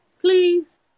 Please